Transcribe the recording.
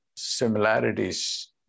Similarities